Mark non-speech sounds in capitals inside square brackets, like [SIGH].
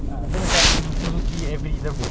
[LAUGHS]